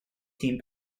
team